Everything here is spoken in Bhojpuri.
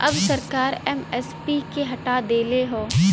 अब सरकार एम.एस.पी के हटा देले हौ